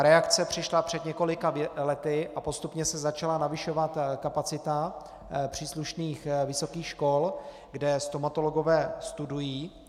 Reakce přišla před několika lety a postupně se začala navyšovat kapacita příslušných vysokých škol, kde stomatologové studují.